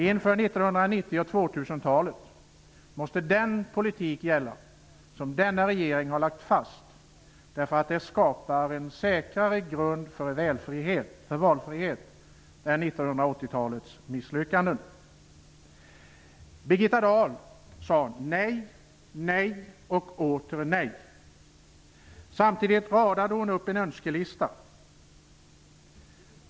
Inför 1990 och 2000-talet måste den politik gälla som denna regering har lagt fast, därför att den skapar en säkrare grund för valfrihet än vad 1980-talets misslyckanden gjorde. Birgitta Dahl sade nej, nej och åter nej. Samtidigt räknade hon upp en önskelista.